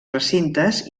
recintes